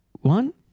one